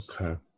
Okay